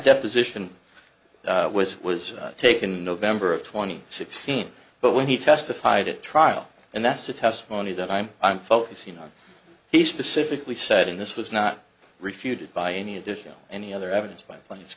deposition was was taken november of twenty sixteen but when he testified at trial and that's to testimony that i'm i'm focusing on he specifically said in this was not refuted by any additional any other evidence biplanes